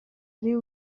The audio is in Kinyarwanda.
ari